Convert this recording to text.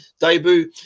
debut